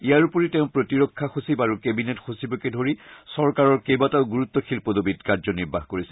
ইয়াৰ উপৰি তেওঁ প্ৰতিৰক্ষা সচিব আৰু কেবিনেট সচিবকে ধৰি চৰকাৰৰ কেইবাটাও গুৰত্বশীল পদবীত কাৰ্যনিৰ্বাহ কৰিছিল